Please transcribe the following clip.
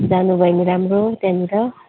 जानुलाई पनि राम्रो त्यहाँनिर